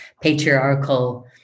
patriarchal